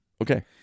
Okay